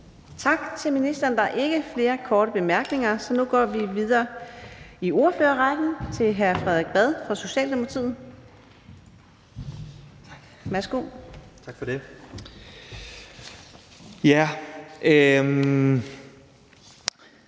Tak til ordføreren. Der er ikke flere korte bemærkninger, så vi går videre i ordførerrækken til hr. Karsten Hønge, Socialistisk